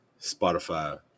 Spotify